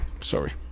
sorry